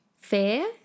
Fair